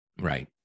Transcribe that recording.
Right